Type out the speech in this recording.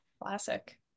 Classic